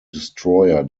destroyer